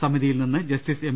സമിതിയിൽ നിന്ന് justice M